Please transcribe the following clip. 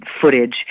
footage